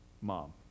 Mom